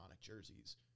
jerseys